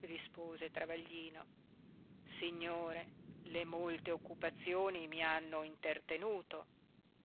rispose travaglino signore le molte occupazioni mi hanno intertenuto